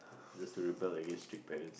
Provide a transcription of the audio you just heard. just to rebel against strict parents